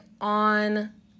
on